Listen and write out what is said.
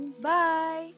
Bye